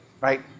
Right